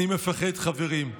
אני מפחד, חברים.